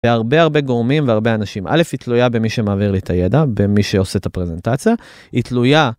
והרבה הרבה גורמים והרבה אנשים, א', היא תלויה במי שמעביר לי את הידע, במי שעושה את הפרזנטציה, היא תלויה.